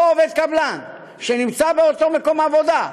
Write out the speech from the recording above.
אותו עובד קבלן שנמצא באותו מקום עבודה,